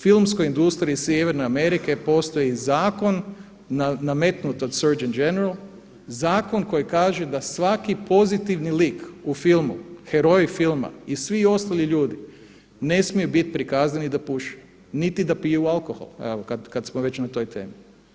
U filmskoj industriji Sjeverne Amerike postoji zakon nametnut od Search and general zakon koji kaže da svaki pozitivni lik u filmu, heroji filma i svi ostali ljudi ne smiju bit prikazani da puše niti da piju alkohol evo kad smo već na toj temi.